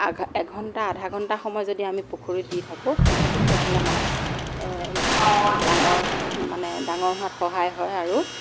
এঘণ্টা আধাঘণ্টা সময় যদি আমি পুখুৰীত দি থাকোঁ তেতিয়াহ'লে মাছ ডাঙৰ মানে ডাঙৰ হোৱাত সহায় হয় আৰু